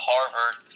Harvard